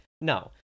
No